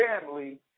Family